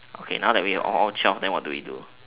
okay now that we all all twelve then what do we do